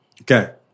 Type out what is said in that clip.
Okay